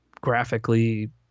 graphically